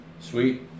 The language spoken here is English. Sweet